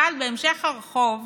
אבל בהמשך הרחוב